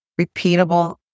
repeatable